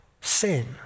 sin